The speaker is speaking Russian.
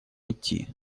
идти